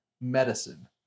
medicine